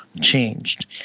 changed